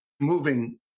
moving